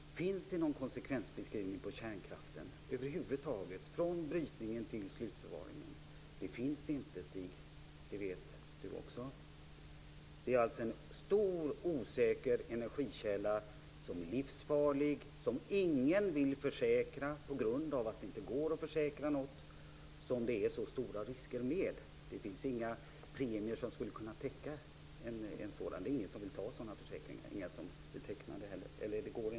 Finns det någon konsekvensbeskrivning på kärnkraften över huvud taget, från brytningen till slutförvaringen? Det gör det inte, och det vet Stig Grauers också. Det är alltså en stor osäker energikälla, som är livsfarlig och som ingen vill försäkra på grund av att det inte går att försäkra något som det är så stora risker med. Det går inte att teckna sådana försäkringar, då de skulle bli för dyra.